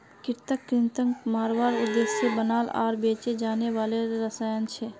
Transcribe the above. कृंतक कृन्तकक मारवार उद्देश्य से बनाल आर बेचे जाने वाला रसायन छे